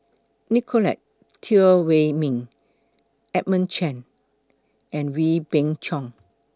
Nicolette Teo Wei Min Edmund Chen and Wee Beng Chong